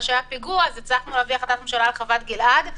שהיה פיגוע הצלחנו להביא החלטת ממשלה על חוות גלעד,